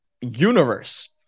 universe